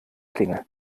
klingel